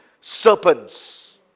serpents